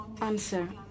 Answer